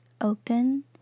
open